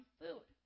food